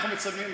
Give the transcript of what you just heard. אנחנו מצלמים,